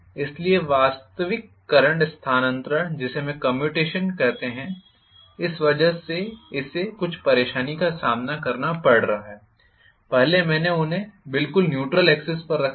इसलिए वास्तविक करंट स्थानांतरण जिसे हम कम्यूटेशन कहते हैं इस वजह से इसे कुछ परेशानी का सामना करना पड़ रहा है पहले मैंने उन्हें बिल्कुल न्यूट्रल एक्सिस पर रखा था